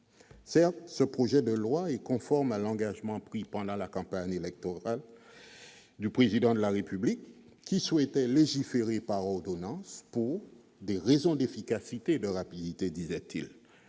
Certes, ce projet de loi d'habilitation est conforme à l'engagement pris pendant la campagne du Président de la République qui souhaitait légiférer par ordonnances « pour des raisons d'efficacité et de rapidité ».